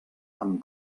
amb